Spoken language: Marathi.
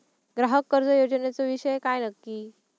ग्राहक कर्ज योजनेचो विषय काय नक्की?